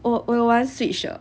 我我有玩 switch 的